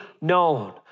known